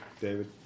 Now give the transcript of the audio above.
David